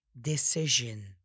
decision